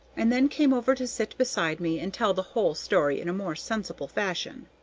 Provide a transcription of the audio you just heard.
and then came over to sit beside me and tell the whole story in a more sensible fashion.